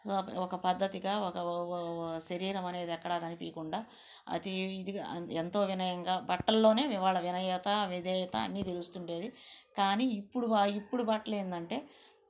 ఒక పద్దతిగా ఒక వా శరీరం అనేది ఎక్కడా కనిపీకుండా అది ఇదిగా ఎంతో వినయంగా బట్టల్లోనే ఇవాళ వినయత విధేయత అన్ని తెలుస్తుండేవి కాని ఇప్పుడు కాని ఇప్పుడు బట్టలు ఏంటంటే